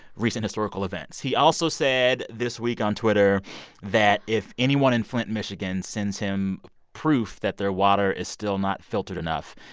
recent historical events. he also said this week on twitter that if anyone in flint, mich, sends him proof that their water is still not filtered enough,